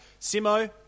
Simo